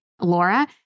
Laura